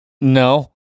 No